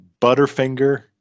Butterfinger